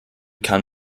kann